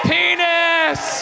Penis